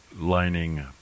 lining